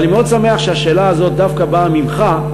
אבל אני מאוד שמח שהשאלה הזאת דווקא באה ממך,